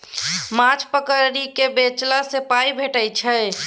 माछ पकरि केँ बेचला सँ पाइ भेटै छै